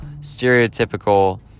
stereotypical